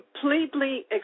Completely